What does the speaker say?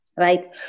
Right